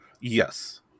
yes